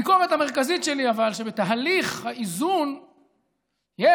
אבל הביקורת המרכזית שלי היא שבתהליך האיזון יש